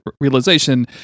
realization